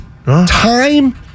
Time